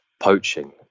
poaching